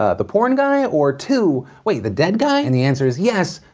ah the porn guy, or two, wait, the dead guy. and the answer is yes,